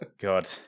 God